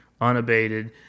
unabated